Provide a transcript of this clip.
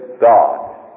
God